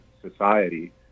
society